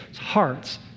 hearts